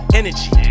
energy